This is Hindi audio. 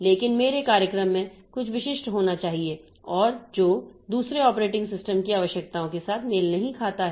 लेकिन मेरे कार्यक्रम में कुछ बहुत विशिष्ट होना चाहिए और जो दूसरे ऑपरेटिंग सिस्टम की आवश्यकताओं के साथ मेल नहीं खाता है